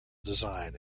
design